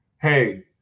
hey